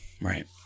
right